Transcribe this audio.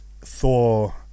Thor